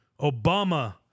Obama